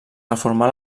reformà